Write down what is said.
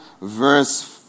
verse